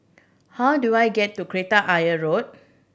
how do I get to Kreta Ayer Road